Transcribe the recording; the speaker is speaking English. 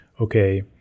okay